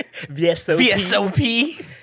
VSOP